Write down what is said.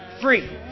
Free